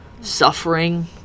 suffering